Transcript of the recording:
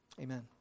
Amen